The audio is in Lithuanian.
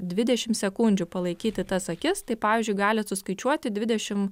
dvidešim sekundžių palaikyti tas akis tai pavyzdžiui galit suskaičiuoti dvidešim